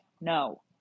no